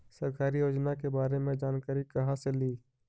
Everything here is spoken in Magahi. सरकारी योजना के बारे मे जानकारी कहा से ली?